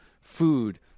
food